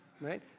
right